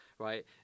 Right